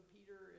Peter